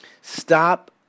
Stop